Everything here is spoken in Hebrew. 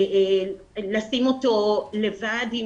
לשים אותו לבד?